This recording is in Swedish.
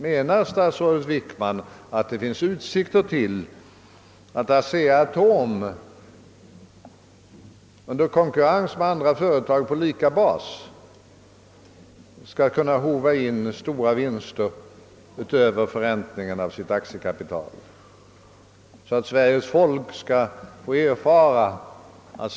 Menar statsrådet Wickman att det finns utsikter till att ASEA-ATOM under konkurrens med andra företag på lika bas skall kunna håva in stora vinster utöver förräntningen av sitt aktiekapital? Jag undrar om Sveriges folk får erfara ot!